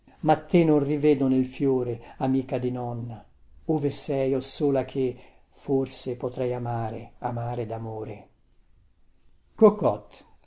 ma te non rivedo nel fiore amica di nonna ove sei o sola che forse potrei amare amare damore